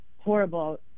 Horrible